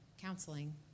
counseling